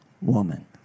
woman